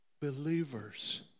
believers